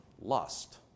lust